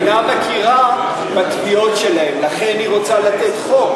המדינה מכירה בתביעות שלהם, לכן היא רוצה לתת חוק.